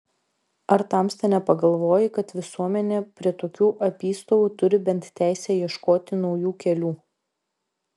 ar tamsta nepagalvoji kad visuomenė prie tokių apystovų turi bent teisę ieškoti naujų kelių